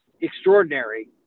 extraordinary